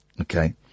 okay